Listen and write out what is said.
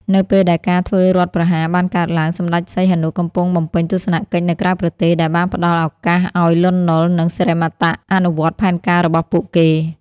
នៅពេលដែលការធ្វើរដ្ឋប្រហារបានកើតឡើង សម្ដេចសីហនុកំពុងបំពេញទស្សនកិច្ចនៅក្រៅប្រទេស ដែលបានផ្ដល់ឱកាសឱ្យ លន់ នល់ និងសិរិមតៈ អនុវត្តផែនការរបស់ពួកគេ។